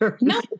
No